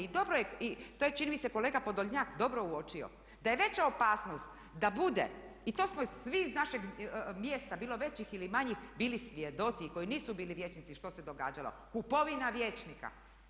I dobro je i to je čini mi se kolega Podolnjak dobro uočio da je veća opasnost da bude i to smo svi iz našeg mjesta bilo većih ili manjih bili svjedoci i koji nisu bili vijećnici što se događalo, kupovina vijećnika.